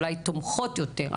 אולי תומכות יותר,